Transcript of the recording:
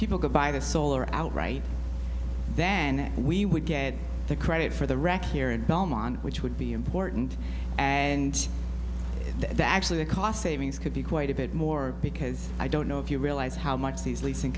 people could buy the solar outright then we would get the credit for the record here in belmont which would be important and that actually the cost savings could be quite a bit more because i don't know if you realize how much these leasing